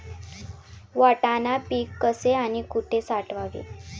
वाटाणा पीक कसे आणि कुठे साठवावे?